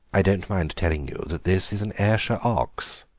i don't mind telling you that this is an ayrshire ox.